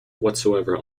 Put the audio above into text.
whatsoever